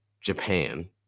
Japan